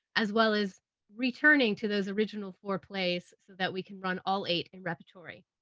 as well as returning to those original four plays, that we can run all eight in repertory.